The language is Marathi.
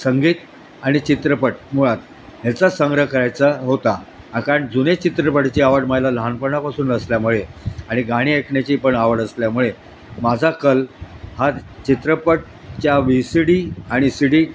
संगीत आणि चित्रपट मुळात ह्याचाच संग्रह करायचा होता हा कारण जुने चित्रपटाची आवड मला लहानपणापासून असल्यामुळे आणि गाणी ऐकण्याची पण आवड असल्यामुळे माझा कल हा चित्रपटच्या व्हि सि डी आणि सी डी